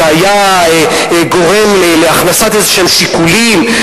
זה היה גורם להכנסת איזה שיקולים?